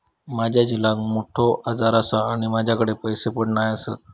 माझ्या झिलाक मोठो आजार आसा आणि माझ्याकडे पैसे पण नाय आसत